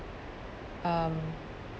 um